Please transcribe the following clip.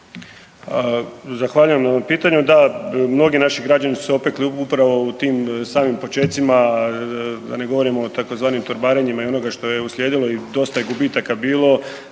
Zahvaljujem na pitanju. Da, mnogi naši građani su se opekli upravo u tim samim počecima da ne govorim o tzv. torbarenjima i onome što je uslijedilo i dosta je gubitaka bilo